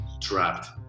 trapped